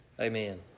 Amen